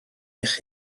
eich